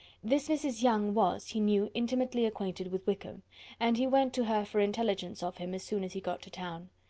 this mrs. younge was, he knew, intimately acquainted with wickham and he went to her for intelligence of him as soon as he got to town.